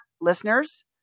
listeners